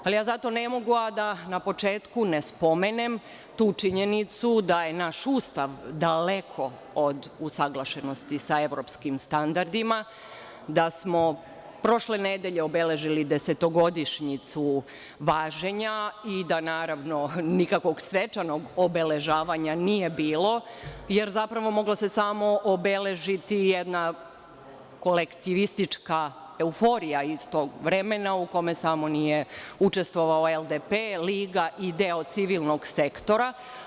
Zato ne mogu a da na početku ne spomenem tu činjenicu da je naš Ustav daleko od usaglašenosti sa evropskim standardima, da smo prošle nedelje obeležili desetogodišnjicu važenja i da, naravno, nikakvog svečanog obeležavanja nije bilo jer mogla se samo obeležiti jedna kolektivistička euforija iz tog vremena u kome samo nije učestvovala LDP, Liga i deo civilnog sektora.